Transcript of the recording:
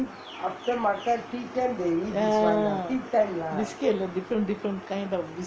ah biscuit different different kind of biscuit